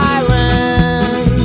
Island